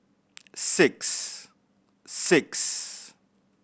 six six